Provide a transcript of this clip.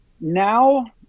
now